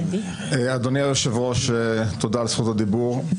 אדוני היושב-ראש, תודה על זכות הדיבור.